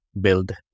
build